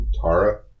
Tara